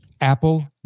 Apple